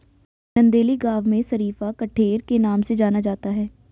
नंदेली गांव में शरीफा कठेर के नाम से जाना जाता है